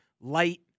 light